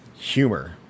Humor